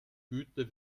güter